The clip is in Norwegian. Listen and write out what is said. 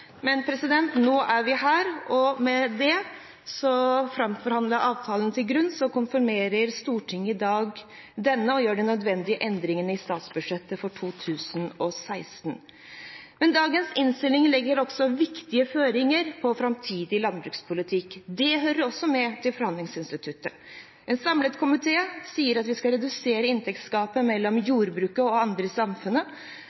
men nå er vi her, og med den framforhandlede avtalen til grunn konfirmerer Stortinget i dag denne og gjør de nødvendige endringene i statsbudsjettet for 2016. Dagens innstilling legger også viktige føringer for framtidig landbrukspolitikk. Det hører også med til forhandlingsinstituttet. En samlet komité sier at vi skal «redusere inntektsgapet mellom